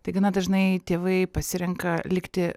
tai gana dažnai tėvai pasirenka likti